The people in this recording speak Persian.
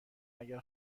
اگر